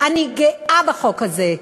אני גאה בחוק הזה,